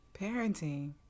parenting